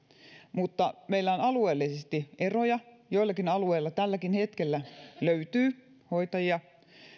mutta meillä on alueellisesti eroja joillakin alueilla tälläkin hetkellä löytyy hoitajia